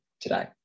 today